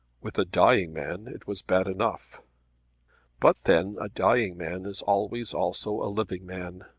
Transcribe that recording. with a dying man it was bad enough but then a dying man is always also a living man!